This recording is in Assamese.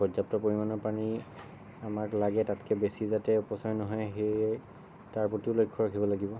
পৰ্য্য়াপ্ত পৰিমাণৰ পানী আমাক লাগে তাতকৈ বেছি যাতে অপচয় নহয় সেয়ে তাৰ প্ৰতিও লক্ষ্য় ৰাখিব লাগিব